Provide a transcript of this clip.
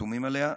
חתומים עליה.